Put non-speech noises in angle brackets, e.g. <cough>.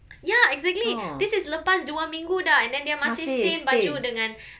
ya exactly this is lepas dua minggu dah and then dia masih stain baju dengan <breath>